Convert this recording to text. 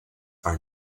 are